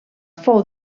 fou